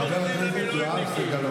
חבר הכנסת יואב סגלוביץ'.